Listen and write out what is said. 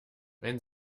wenn